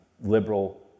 liberal